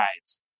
rides